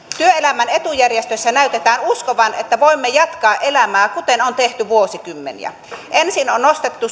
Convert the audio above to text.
työelämän etujärjestöissä näytetään uskovan että voimme jatkaa elämää kuten on tehty vuosikymmeniä ensin on on nostettu